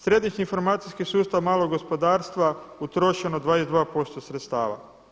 Središnji informacijski sustav malog gospodarstva utrošeno 22% sredstava.